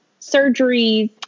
surgeries